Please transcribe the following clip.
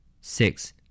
six